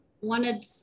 wanted